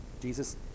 Jesus